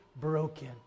broken